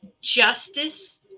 justice